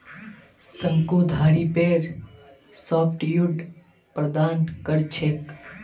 शंकुधारी पेड़ सॉफ्टवुड प्रदान कर छेक